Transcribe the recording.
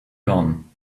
gone